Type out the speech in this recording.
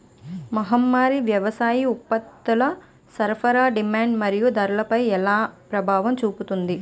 మహమ్మారి వ్యవసాయ ఉత్పత్తుల సరఫరా డిమాండ్ మరియు ధరలపై ఎలా ప్రభావం చూపింది?